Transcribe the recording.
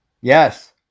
Yes